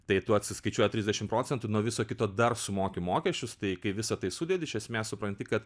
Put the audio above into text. tai tu atsiskaičiuoja trisdešim procentų nuo viso kito dar sumoki mokesčius tai kai visa tai sudedi iš esmės supranti kad